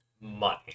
money